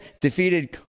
defeated